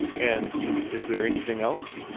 and is there anything else?